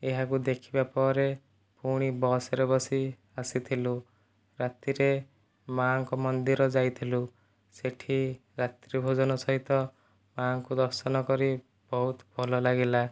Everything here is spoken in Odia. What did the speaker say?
ଏହାକୁ ଦେଖିବା ପରେ ଫୁଣି ବସ୍ରେ ବସି ଆସିଥିଲୁ ରାତିରେ ମାଆଙ୍କ ମନ୍ଦିର ଯାଇଥିଲୁ ସେଇଠି ରାତ୍ରିଭୋଜନ ସହିତ ମାଆଙ୍କୁ ଦର୍ଶନ କରି ବହୁତ ଭଲ ଲାଗିଲା